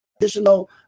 additional